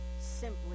simply